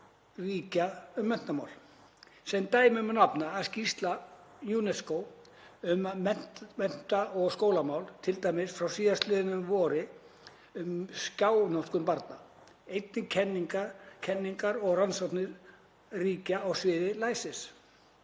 ríkja um menntamál. Sem dæmi má nefna skýrslur UNESCO um mennta- og skólamál, t.d. frá síðastliðnu vori um skjánotkun barna, einnig kenningar og rannsóknir ríkja á sviði læsis.